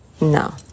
no